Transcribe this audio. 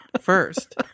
first